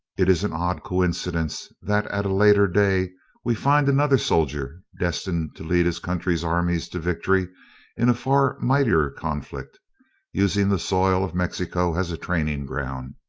it is an odd coincidence, that at a later day we find another soldier destined to lead his country's armies to victory in a far mightier conflict using the soil of mexico as a training ground.